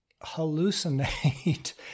hallucinate